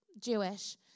Jewish